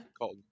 called